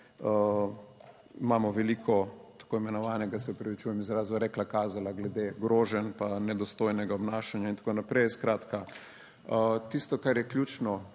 Imamo veliko tako imenovanega, se opravičujem izrazu, "rekla, kazala" glede groženj pa nedostojnega obnašanja in tako naprej. Skratka, tisto, kar je ključno